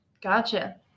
gotcha